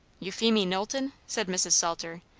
euphemie knowlton? said mrs. salter.